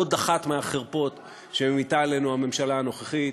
עוד אחת מהחרפות שממיטה עלינו הממשלה הנוכחית.